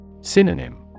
Synonym